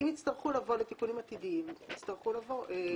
אם יצטרכו לבוא תיקונים עתידיים יצטרכו לבוא.